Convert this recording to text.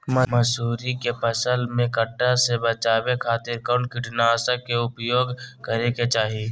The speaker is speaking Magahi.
मसूरी के फसल में पट्टा से बचावे खातिर कौन कीटनाशक के उपयोग करे के चाही?